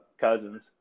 cousins